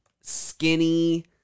skinny